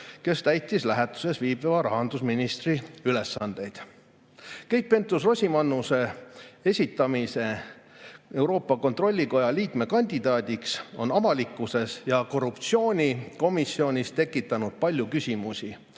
kes täitis lähetuses viibiva rahandusministri ülesandeid. Keit Pentus-Rosimannuse esitamine Euroopa Kontrollikoja liikme kandidaadiks on avalikkuses ja korruptsioonikomisjonis tekitanud palju küsimusi